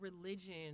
religion